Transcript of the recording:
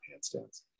handstands